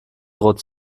droht